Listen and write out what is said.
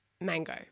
mango